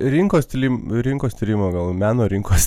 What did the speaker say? rinkos tyrimų rinkos tyrimo gal meno rinkos